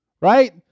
Right